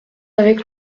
avec